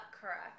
Correct